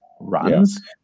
runs